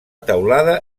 teulada